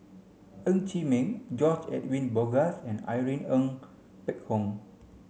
Ng Chee Meng George Edwin Bogaars and Irene Ng Phek Hoong